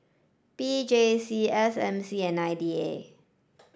P J C S M C and I D A